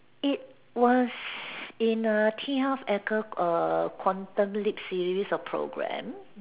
it was in a tea house err quantum lip series of programme